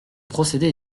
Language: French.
procéder